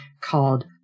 called